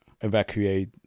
evacuate